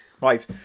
Right